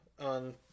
on